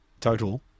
Total